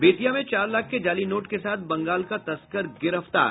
बेतिया में चार लाख के जाली नोट के साथ बंगाल का तस्कर गिरफ्तार